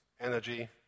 energy